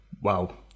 wow